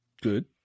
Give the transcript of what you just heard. Good